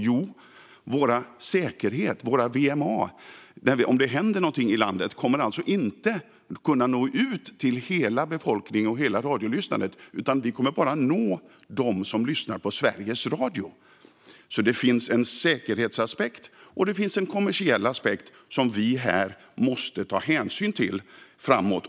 Jo, det handlar om vår säkerhet. Om något händer i landet kommer våra VMA inte att kunna nå ut till hela befolkningen och hela radiolyssnandet, utan vi kommer bara att nå dem som lyssnar på Sveriges Radio. Bättre villkor för kommersiell radio Det finns alltså både en säkerhetsaspekt och en kommersiell aspekt, som vi här måste ta hänsyn till framåt.